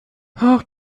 auch